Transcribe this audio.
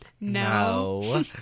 No